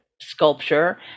sculpture